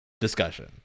discussion